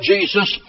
Jesus